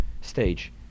stage